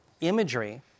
imagery